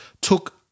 took